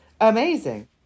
amazing